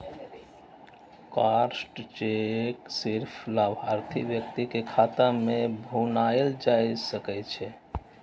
crossed cheque सिर्फ लाभार्थी व्यक्ति के खाता मे भुनाएल जा सकै छै